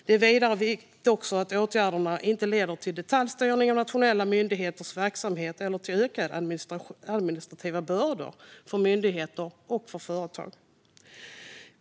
Det är vidare viktigt att åtgärderna inte leder till detaljstyrning av nationella myndigheters verksamhet eller till ökade administrativa bördor för myndigheter och för företag.